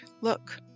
Look